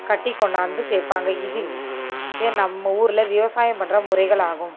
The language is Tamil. கட்டி கொண்டாந்து சேர்ப்பாங்க இதுவே நம்ம ஊரில் விவசாயம் பண்ணுற முறைகள் ஆகும்